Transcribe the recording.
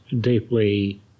deeply